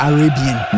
Arabian